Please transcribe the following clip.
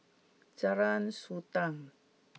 Jalan Sultan